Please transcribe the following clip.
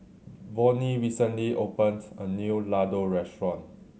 Vonnie recently opened a new Ladoo Restaurant